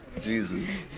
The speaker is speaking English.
Jesus